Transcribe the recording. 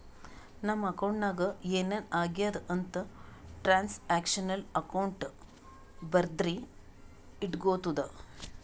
ನಮ್ ಅಕೌಂಟ್ ನಾಗ್ ಏನ್ ಏನ್ ಆಗ್ಯಾದ ಅಂತ್ ಟ್ರಾನ್ಸ್ಅಕ್ಷನಲ್ ಅಕೌಂಟ್ ಬರ್ದಿ ಇಟ್ಗೋತುದ